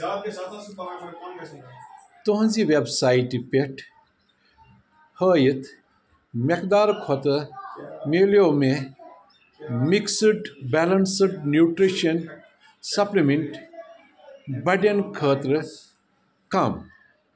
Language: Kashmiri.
تُہٕنٛزِ ویبسایٹہٕ پٮ۪ٹھ ہٲیِتھ مٮ۪قدار کھۄتہٕ مِلیو مےٚ مِکسٕڈ بیلنٛسٕڈ نیوٗٹرٛشن سپلِمنٛٹ بڑٮ۪ن خٲطرٕ کم